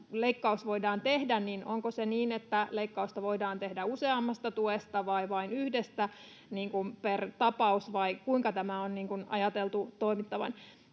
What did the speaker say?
leikkaus voidaan tehdä? Onko se niin, että leikkausta voidaan tehdä useammasta tuesta vai vain yhdestä per tapaus, vai kuinka tässä on ajateltu toimittavan?